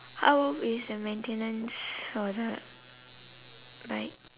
how is the maintenance how was it like